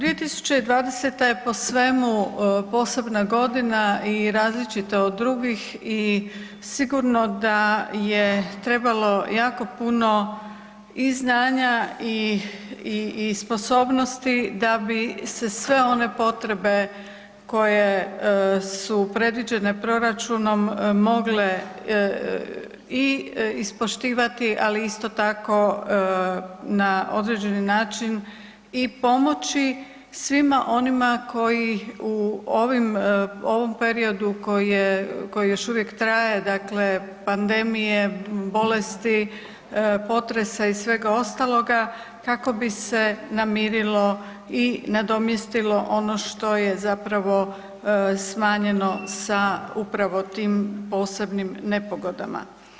2020. je po svemu posebna godina i različita od drugih i sigurno da je trebalo jako puno i znanja i sposobnosti da bi se sve one potrebe koje su predviđene proračunom mogle i ispoštivati, ali isto tako na određeni način i pomoći svima onima koji u ovom periodu koji još uvijek traje, dakle pandemije, bolesti, potresa i svega ostaloga kako bi se namirilo i nadomjestilo ono što je smanjeno sa upravo tim posebnim nepogodama.